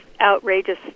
outrageous